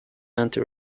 anti